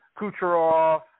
Kucherov